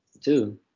two